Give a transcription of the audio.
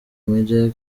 major